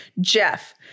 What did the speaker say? Jeff